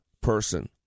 person